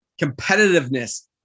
competitiveness